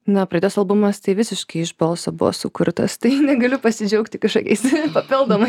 na praitas albumas tai visiškai iš balso buvo sukurtas tai negaliu pasidžiaugti kažkokiais papildomais